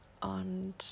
und